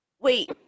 Wait